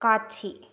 காட்சி